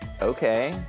Okay